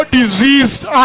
diseased